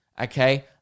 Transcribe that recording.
okay